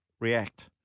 react